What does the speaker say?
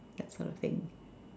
that sort of thing